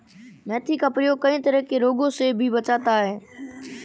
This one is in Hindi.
मेथी का प्रयोग कई तरह के रोगों से भी बचाता है